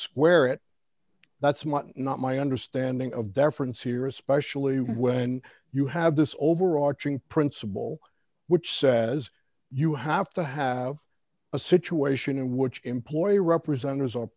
square it that's not my understanding of deference here especially when you have this overarching principle which says you have to have a situation in which employee representatives